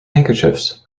handkerchiefs